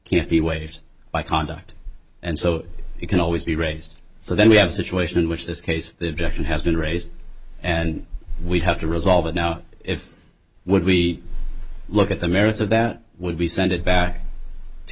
can be waived by conduct and so he can always be raised so then we have a situation in which this case the objection has been raised and we have to resolve it now if we look at the merits of that would be send it back to